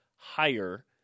Higher